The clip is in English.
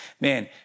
man